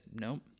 nope